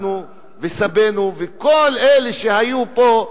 אנחנו וסבינו וכל אלה שהיו פה.